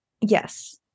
Yes